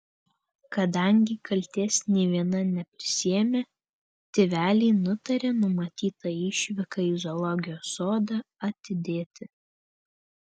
kadangi kaltės nė viena neprisiėmė tėveliai nutarė numatytą išvyką į zoologijos sodą atidėti